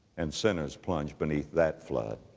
and sinners plunged beneath that flood